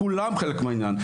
כולן חלק מהעניין,